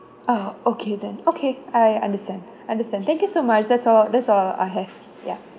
ah okay then okay I understand understand thank you so much that's all that's all I have ya